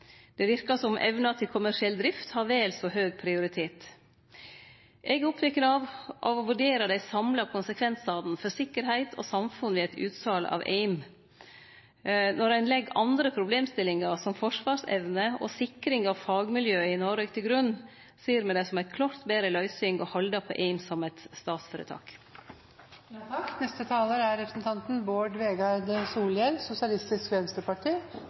Det verkar som om evna til kommersiell drift har vel så høg prioritet. Eg er oppteken av å vurdere dei samla konsekvensane for sikkerheit og samfunn ved eit utsal av AIM. Når ein legg andre problemstillingar, som forsvarsevne og sikring av fagmiljøet i Noreg, til grunn, ser me det som ei klårt betre løysing å halde på AIM som eit statsføretak. Det er